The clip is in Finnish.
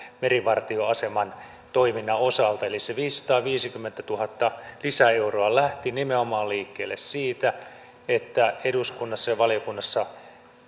merivartioaseman toiminnan osalta eli se viisisataaviisikymmentätuhatta lisäeuroa lähti liikkeelle nimenomaan siitä että eduskunnassa ja valiokunnassa